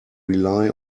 rely